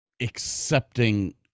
accepting